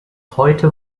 heute